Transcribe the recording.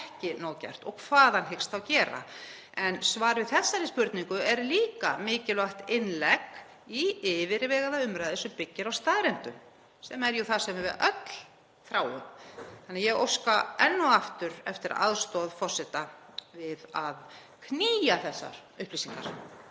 ekki nóg gert — og hvað hann hyggst þá gera. Svar við þessari spurningu er líka mikilvægt innlegg í yfirvegaða umræðu sem byggir á staðreyndum sem er jú það sem við öll þráum. Þannig að ég óska enn og aftur eftir aðstoð forseta við að knýja þessar upplýsingar